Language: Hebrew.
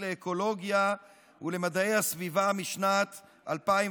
לאקולוגיה ולמדעי הסביבה משנת 2020,